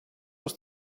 was